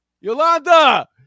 Yolanda